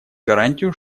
гарантию